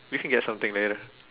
we can get something later